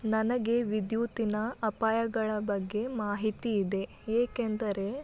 ನನಗೆ ವಿದ್ಯುತ್ತಿನ ಅಪಾಯಗಳ ಬಗ್ಗೆ ಮಾಹಿತಿ ಇದೆ ಏಕೆಂದರೆ